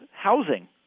housing